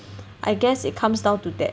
I guess it comes down to that